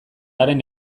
haren